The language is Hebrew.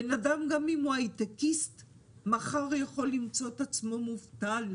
בן אדם גם אם הוא הייטקיסט מחר יכול למצוא את עצמו מובטל,